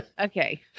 Okay